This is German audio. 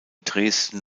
dresden